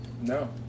No